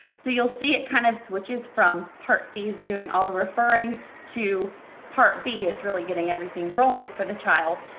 so you'll see it kind of switches from part c is doing all the referring to part b is really getting everything rolling for the child.